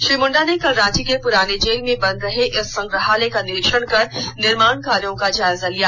श्री मुंडा ने कल रांची के पुराने जेल में बन रहे इस संग्रहालय का निरीक्षण कर निर्माण कार्या का जायजा लिया